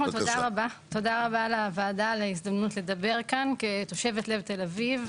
תודה רבה לוועדה על ההזדמנות לדבר כאן כתושבת לב תל-אביב,